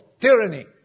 tyranny